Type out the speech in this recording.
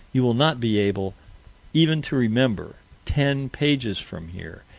you will not be able even to remember. ten pages from here,